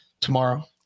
tomorrow